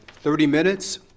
thirty minutes